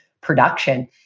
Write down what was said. production